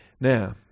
now